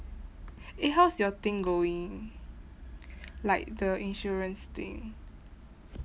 eh how's your thing going like the insurance thing